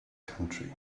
country